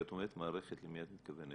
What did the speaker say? כשאת אומרת מערכת, למי את מתכוונת?